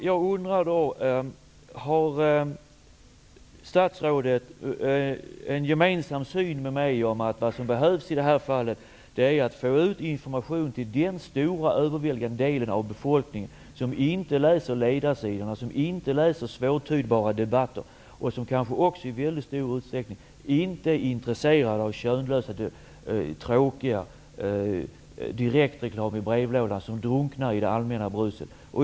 Jag undrar då: Delar statsrådet min syn på att det är nödvändigt att få ut information till den stora övervägande delen av befolkningen som inte läser ledarsidorna, som inte tar del av svårförståeliga debatter och som också kanske i stor utsträckning inte är intresserad av den tråkiga direktreklam i brevlådan som druknar i det allmänna bruset?